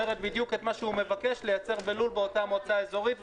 אומרת בדיוק את מה שהוא מבקש לייצר בלול באותה מועצה אזורית,